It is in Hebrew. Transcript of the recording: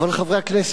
חברי הכנסת,